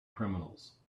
criminals